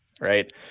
right